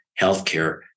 healthcare